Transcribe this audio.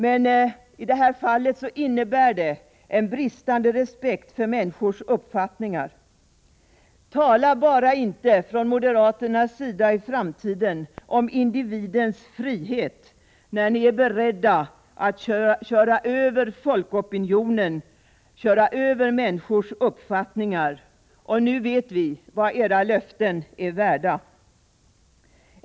Men i det här fallet innebär det en bristande respekt för människors uppfattningar. Tala inte om individens frihet från moderaternas sida i framtiden när ni är beredda att köra över folkopinionen — köra över människors uppfattningar. Nu vet vi vad era löften är värda.